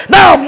Now